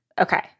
Okay